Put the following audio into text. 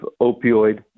opioid